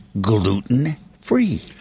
gluten-free